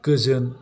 गोजोन